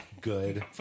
good